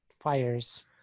fires